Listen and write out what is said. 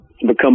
become